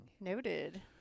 Noted